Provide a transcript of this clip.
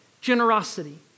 generosity